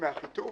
מאחיטוב